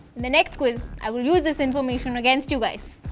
the next quiz, i will use this information against you guys.